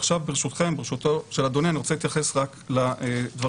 עכשיו ברשות אדוני אני אתייחס רק לדברים